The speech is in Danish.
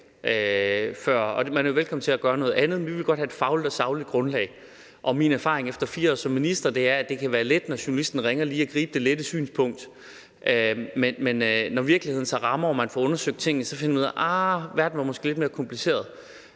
andre velkommen til at gøre noget andet. Og min erfaring efter 4 år som minister er, at det kan være let, når en journalist ringer, lige at gribe det lette synspunkt, men når virkeligheden så rammer, og man får undersøgt tingene, så finder man ud af, at verden måske var lidt mere kompliceret.